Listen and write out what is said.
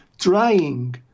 trying